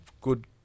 good